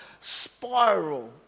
spiral